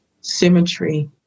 symmetry